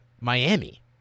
Miami